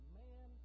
man